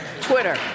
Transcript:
Twitter